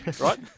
right